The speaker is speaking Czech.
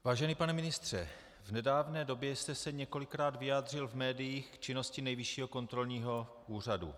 Vážený pane ministře, v nedávné době jste se několikrát vyjádřil v médiích k činnosti Nejvyššího kontrolního úřadu.